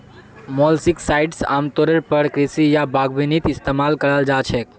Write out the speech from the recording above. molluscicides आमतौरेर पर कृषि या बागवानीत इस्तमाल कराल जा छेक